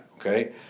okay